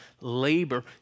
labor